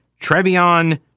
Trevion